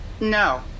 no